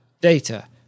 data